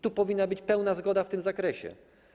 Tu powinna być pełna zgoda w tym zakresie.